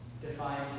defines